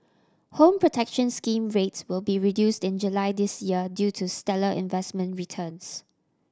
Home Protection Scheme rates will be reduced in July this year due to stellar investment returns